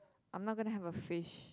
I'm not gonna have a fish